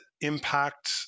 impact